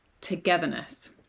togetherness